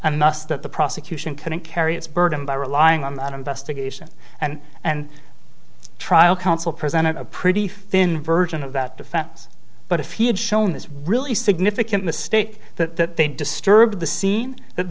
nuss that the prosecution couldn't carry its burden by relying on an investigation and and trial counsel presented a pretty thin version of that defense but if he had shown this really significant mistake that they disturbed the scene that